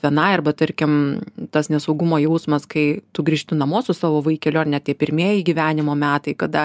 vienai arba tarkim tas nesaugumo jausmas kai tu grįžti namo su savo vaikeliu ar ne tie pirmieji gyvenimo metai kada